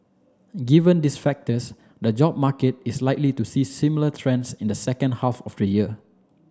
given these factors the job market is likely to see similar trends in the second half of the year